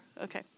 okay